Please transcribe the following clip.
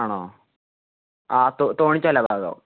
ആണോ ആ തോണിച്ചാല് ആ ഭാഗം